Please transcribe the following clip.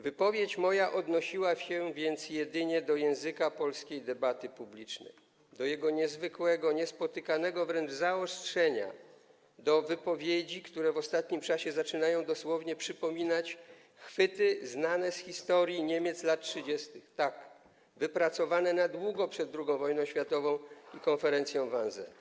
Wypowiedź moja odnosiła się więc jedynie do języka polskiej debaty publicznej, do jego niezwykłego, niespotykanego wręcz zaostrzenia, do wypowiedzi, które w ostatnim czasie zaczynają dosłownie przypominać chwyty znane z historii Niemiec lat 30., tak, wypracowane na długo przed II wojną światową i konferencją w Wannsee.